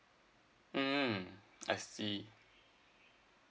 mm I see